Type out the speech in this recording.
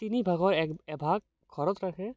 তিনি ভাগৰ এক এভাগ ঘৰত ৰাখে